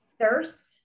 thirst